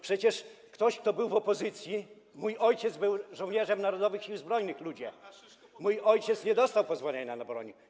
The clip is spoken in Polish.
Przecież ktoś, kto był w opozycji - mój ojciec był żołnierzem Narodowych Sił Zbrojnych, ludzie - jak mój ojciec nie dostał pozwolenia na broń.